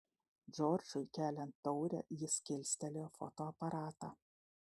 džordžui keliant taurę jis kilstelėjo fotoaparatą